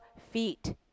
feet